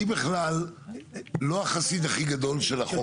אני בכלל לא החסיד הכי גדול של החוק הזה.